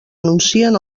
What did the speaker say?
anuncien